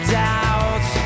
doubt